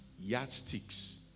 yardsticks